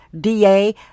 DA